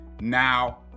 Now